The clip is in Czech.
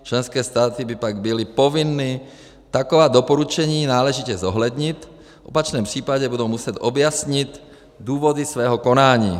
Členské státy by pak byly povinny taková doporučení náležitě zohlednit, v opačném případě budou muset objasnit důvody svého konání.